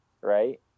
right